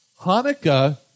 Hanukkah